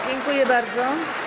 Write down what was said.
Dziękuję bardzo.